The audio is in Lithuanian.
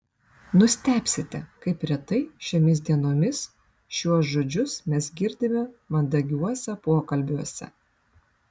nustebsite kaip retai šiomis dienomis šiuos žodžius mes girdime mandagiuose pokalbiuose